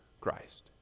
Christ